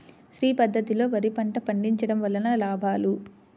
శ్రీ పద్ధతిలో వరి పంట పండించడం వలన లాభాలు?